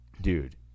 Dude